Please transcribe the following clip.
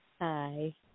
Hi